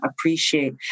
appreciate